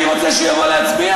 אני רוצה שהוא יבוא ויצביע.